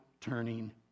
turning